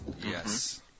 Yes